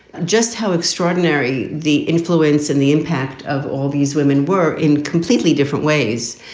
just how extraordinary the influence and the impact of all these women were in completely different ways.